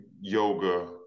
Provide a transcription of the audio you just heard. yoga